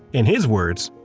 in his words,